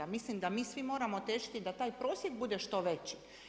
Mislim da mi svi moramo težiti da taj prosjek bude što veći.